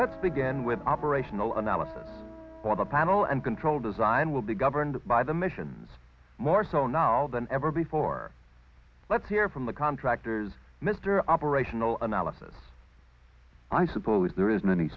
let's begin with operational analysis on the panel and control design will be governed by the missions more so now than ever before let's hear from the contractors mr operational analysis i suppose there isn't any